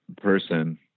person